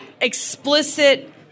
explicit